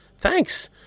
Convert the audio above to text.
thanks